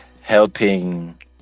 helping